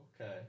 Okay